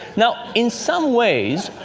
now in some ways,